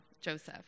Joseph